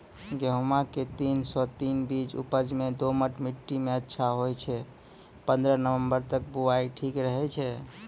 गेहूँम के तीन सौ तीन बीज उपज मे दोमट मिट्टी मे अच्छा होय छै, पन्द्रह नवंबर तक बुआई ठीक रहै छै